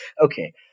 okay